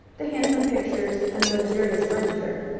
the handsome pictures, and the luxurious furniture,